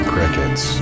Crickets